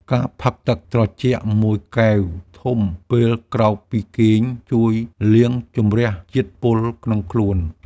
ការផឹកទឹកត្រជាក់មួយកែវធំពេលក្រោកពីគេង ជួយលាងជម្រះជាតិពុលក្នុងខ្លួន។